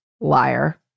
liar